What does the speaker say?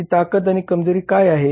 त्यांची ताकद आणि कमजोरी काय आहे